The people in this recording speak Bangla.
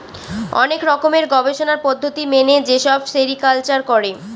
অনেক রকমের গবেষণার পদ্ধতি মেনে যেসব সেরিকালচার করে